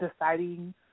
deciding